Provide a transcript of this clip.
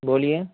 بولیے